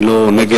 אני לא נגד,